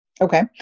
Okay